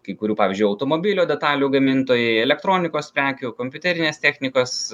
kai kurių pavyzdžiui automobilio detalių gamintojai elektronikos prekių kompiuterinės technikos